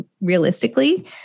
realistically